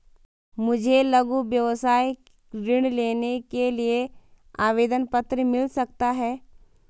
मुझे लघु व्यवसाय ऋण लेने के लिए आवेदन पत्र मिल सकता है?